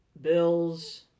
Bills